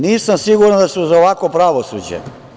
Nisam siguran da su za ovakvo pravosuđe.